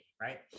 right